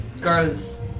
girls